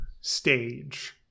stage